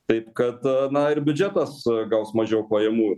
taip kad na ir biudžetas gaus mažiau pajamų